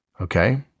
Okay